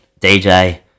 DJ